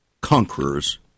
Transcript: conquerors